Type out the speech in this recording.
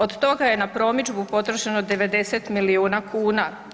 Od toga je na promidžbu potrošeno 90 milijuna kuna.